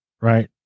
right